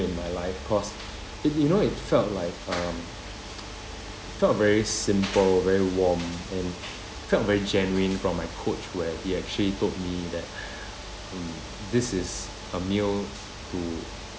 in my life cause it you know it felt like um felt very simple very warm and felt very genuine from my coach where he actually told me that mm this is a meal to